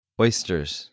oysters